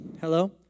Hello